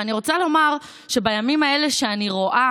ואני רוצה לומר שבימים האלה, כשאני רואה